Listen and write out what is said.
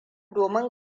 domin